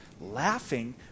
laughing